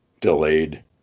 delayed